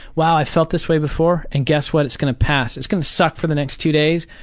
wow, i've felt this way before. and guess what? it's gonna pass. it's gonna suck for the next two days,